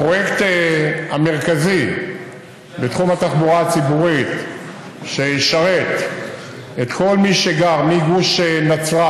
הפרויקט המרכזי בתחום התחבורה הציבורית שישרת את כל מי שגר מגוש נצרת,